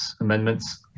amendments